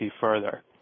further